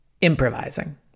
improvising